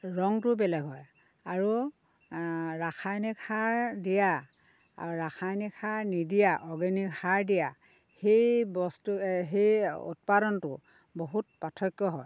ৰঙটোও বেলেগ হয় আৰু ৰাসায়নিক সাৰ দিয়া আৰু ৰাসায়নিক সাৰ নিদিয়া অৰ্গেনিক সাৰ দিয়া সেই বস্তু সেই উৎপাদনটো বহুত পাৰ্থক্য হয়